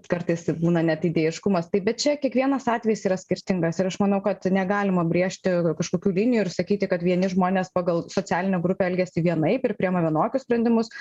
kartais tai būna net idėjiškumas tai bet čia kiekvienas atvejis yra skirtingas ir aš manau kad negalima brėžti kažkokių linijų ir sakyti kad vieni žmonės pagal socialinę grupę elgiasi vienaip ir priima vienokius sprendimus